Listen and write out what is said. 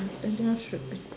then this one should be